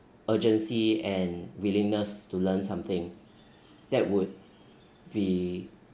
urgency and willingness to learn something that would be